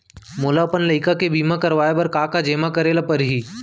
मोला अपन लइका के बीमा करवाए बर का का जेमा करे ल परही?